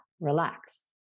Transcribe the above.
relax